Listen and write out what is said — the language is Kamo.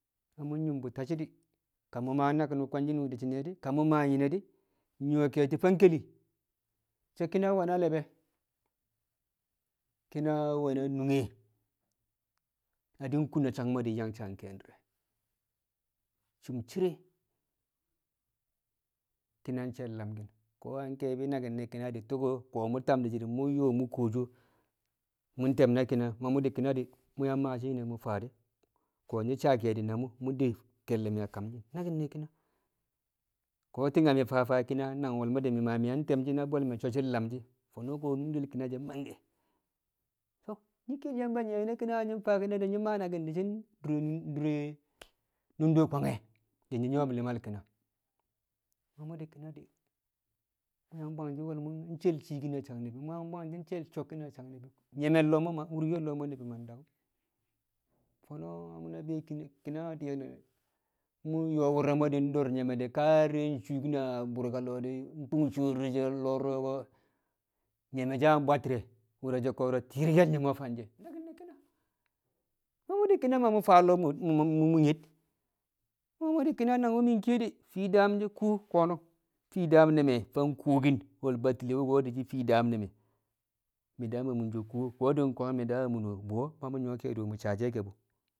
Na nyi̱m bu̱ ta shi̱ di̱ ka maa naki̱n wu̱ kwange̱ di̱ ka mi̱ maa nyine di̱, nnyu̱wo̱ ke̱e̱shi̱ fang ke̱li̱ so̱ ki̱na we̱ na lebe, ki̱na we̱ na nunge a di̱ kun a sang mo̱ di̱ yang sang ke̱e̱shi̱ di̱re̱. Cum cire ki̱na she̱l lamki̱n ko̱ na ke̱e̱bi̱ naki̱n ne̱ ki̱na di̱ tu̱ko̱ mu̱ tam di̱ shi̱no̱ mu̱ ƴọo̱ mu̱ kuwosho mu̱ te̱m na ki̱na ma mu̱ ki̱na di̱ mu̱ maashi̱ nyine mu̱ faa de̱ ko̱ nƴi̱ saa ke̱e̱di̱ na mu̱ mu̱ de ke̱lle̱ me̱ kamshi̱n naki̱n ne̱ ki̱na, ko̱ na ti̱ng faa faa ki̱na nang wolmo ti̱ng yang te̱m shi̱ na bwe̱l me̱ so̱ shi̱ lam shi̱ fo̱no̱ ko̱ nundel ki̱na she̱ mangke̱ nyi̱ ke̱l Yamba nƴi̱ye̱ ki̱na na faa ki̱na nyi̱ maa naki̱n di̱ shi̱ dure dure nunde kwange̱ di nyu̱wo̱m li̱mal ki̱na. Ma mu̱ di̱ ki̱na di̱ mu̱ yang bwangshi̱ wolmo she̱l ciikin a sang ni̱bi̱, mu̱ yang bwang she̱l so̱nki̱n a sang ni̱bi̱ nyemel lọo̱ ma, wurkel lọo̱ ma ni̱bi̱ ma daḵu̱m. Fo̱no̱ na be ki̱-ki̱na diyen o̱ ƴo̱o̱ wu̱r re̱ mo̱ di̱ do̱r nyeme ka di̱re̱ nshuukin a burka lo̱o̱ nkung sur di̱ nye̱ lo̱o̱ du̱ro̱ ko̱ nyeme she̱ a bwatti̱re̱ wu̱r re̱ ko̱rọ ti̱rke̱l nƴeme fanshe̱ naki̱n ne̱ ki̱na. Ma mu̱ ki̱na ma mu̱ faa lo̱ mu̱ nyed, ma mu̱ di̱ ki̱na nangwu̱ mi̱ kiye de̱ fii daam she̱ kuwo ko̱nu̱n. fii daam ne̱ fang kuwoḵi̱n we̱l Batile wu̱ko̱ di̱ shi̱ fii daam ne̱ me̱, mi̱ daam munsho di̱ kwang mi̱ daa a muno? ma mu̱ nƴu̱wo̱ ke̱e̱di̱ mi̱ saa ke̱ bu̱ kung na sang mo di yang sang keeshi dire lum cere kina shel lamkin ko na keebi nakim ne kina di, tuko mu tab shi mu kuwosho mu tem na kina na ma mu kina mu maa nyine mu faa de, ko nyi saa keedi na mu mu de mu kelle me kamshi aki ne kia, ko tig na nu faa faa kia na wolmo di tig ni yang tem na bwel me so shi lamshi fono ko nundel king she mangke nyi kel yamba nuije kina na nyi taa kina nyi maa nakin dishin dura nundo kwanre di nyi nyuwo lima kina mamu kina di nu bwangshin shel cukin a sang nibi mu bwangshin shal sikkin a sang nibi nyemel loo ma, wurka loo nibi mang dakum, fono na mu na bee kina diyene na yoo wurre mo nyeme ka dire di suukin a burka loodi di kung sur di so nyeme so a bwittire, wur re she koro tirkel nyeme fanshe nakin ne kina, ma mu kina mu faa lo m- mu nyed ma mu kia nangwu mi kiye de fii daam iluwo koo fii daam ne me fang kuwokin wel batile wuko dishi ni daam ne me ni daam mu ne, kuwo di kwang mi daa a mu ne? buyo ma mu nyuwo keedu mi saa she kei bu